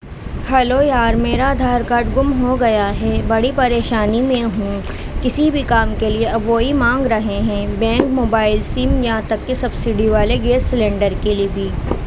hello یار میرا Aadhaar card گم ہو گیا ہے بڑی پریشانی میں ہوں کسی بھی کام کے لیے اب وہ ہی مانگ رہے ہیں بینک موبائل سم یاں تک کے سبسڈی والے گیس سلینڈر کے لیے بھی